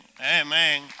Amen